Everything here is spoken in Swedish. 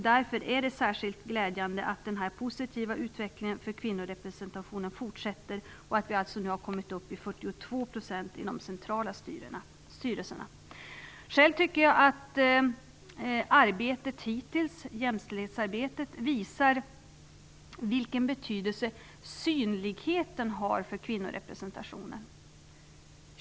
Därför är det särskilt glädjande att den här positiva utvecklingen för kvinnorepresentationen fortsätter och att vi nu alltså har kommit upp i 42 % i de centrala styrelserna. Själv tycker jag att jämställdhetsarbetet hittills visar vilken betydelse synligheten har för kvinnorepresentationen.